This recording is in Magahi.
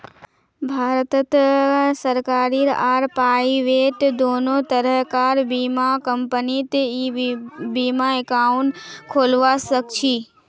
भारतत सरकारी आर प्राइवेट दोनों तरह कार बीमा कंपनीत ई बीमा एकाउंट खोलवा सखछी